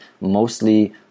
mostly